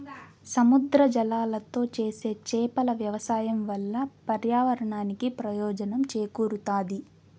సముద్ర జలాలతో చేసే చేపల వ్యవసాయం వల్ల పర్యావరణానికి ప్రయోజనం చేకూరుతాది